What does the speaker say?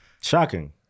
Shocking